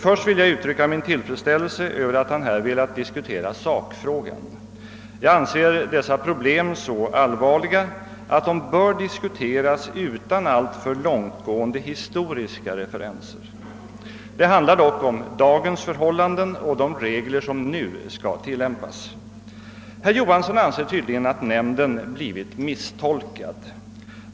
Först vill jag uttrycka min tillfredsställelse över att han här velat diskutera sakfrågan. Jag anser dessa problem så allvarliga att de bör diskuteras utan alltför långtgående historiska referenser: Det handlar dock om dagens förhållanden och om de regler som nu skall tilllämpas. Herr Johansson anser tydligen att nämnden blivit misstolkad.